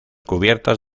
cubiertas